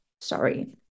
sorry